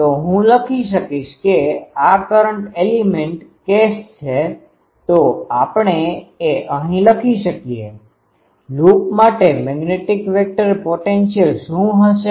તો હું લખીશ કે આ કરંટ એલિમેન્ટ કેસ છે તો આપણે એ અહીં લખી શકીએ લૂપ માટે મેગ્નેટિક વેક્ટર પોટેન્શિઅલ શું હશે